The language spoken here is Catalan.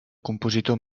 compositor